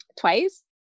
twice